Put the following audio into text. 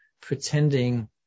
pretending